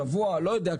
שבוע לא יודע,